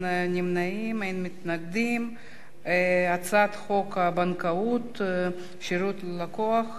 ההצעה להעביר את הצעת חוק הבנקאות (שירות ללקוח)